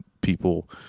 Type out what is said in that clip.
people